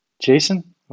Jason